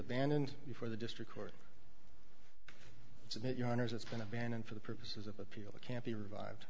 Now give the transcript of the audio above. abandoned before the district court so that your honor that's been abandoned for the purposes of appeal that can't be revived